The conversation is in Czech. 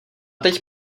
teď